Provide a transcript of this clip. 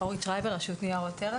רשות ניירות ערך.